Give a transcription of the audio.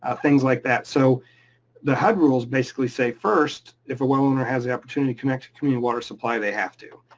ah things like that. so the hud rules basically say first, if a well owner has the opportunity to connect to community water supply, they have to,